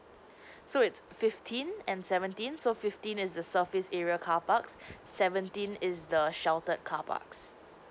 so it's fifteen and seventeen so fifteen is the surface area carparks seventeen is the sheltered carparks